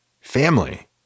family